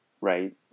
right